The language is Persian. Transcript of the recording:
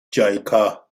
جایکا